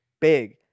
big